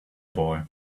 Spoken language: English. boy